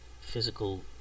physical